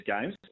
games